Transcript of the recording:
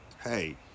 hey